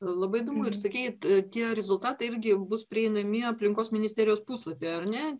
labai įdomu ir sakyt tie rezultatai irgi bus prieinami aplinkos ministerijos puslapyje ar ne